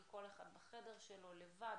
כי כל אחד בחדר שלו לבד,